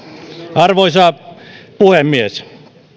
arvoisa puhemies